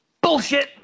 Bullshit